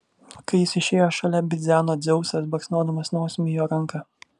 kai jis išėjo šalia bidzeno dzeusas baksnodamas nosimi jo ranką